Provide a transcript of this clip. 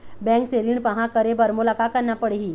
Bank से ऋण पाहां करे बर मोला का करना पड़ही?